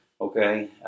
okay